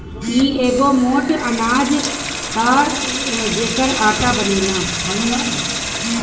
इ एगो मोट अनाज हअ जेकर आटा बनेला